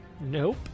Nope